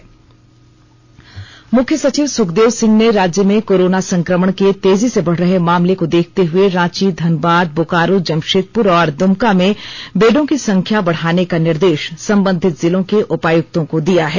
मुख्य सचिव मुख्य सचिव सुखदेव सिंह ने राज्य में कोरोना संक्रमण के तेजी से बढ़ रहे मामले को देखते हुए रांची धनबाद बोकारो जमशेदपुर और दुमका में बेडों की संख्या बढ़ाने का निर्देश संबंधित जिलों के उपायुक्तों को दिया है